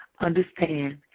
Understand